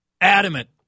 adamant